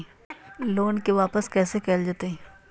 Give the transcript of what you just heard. Loan के वापस कैसे कैल जतय?